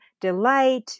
delight